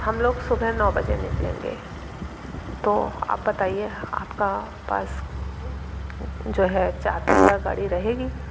हम लोग सुबह नौ बजे निकलेंगे तो आप बताइए आपका पास जो है चार पहिया गाड़ी रहेगी